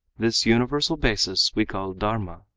this universal basis we call dharma,